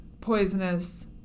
poisonous